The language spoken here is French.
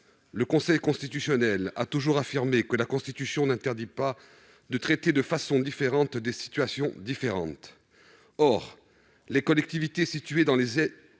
Le Conseil constitutionnel a toujours affirmé que la Constitution n'interdit pas de traiter de façon différente des situations différentes. Or les collectivités situées dans des ZNI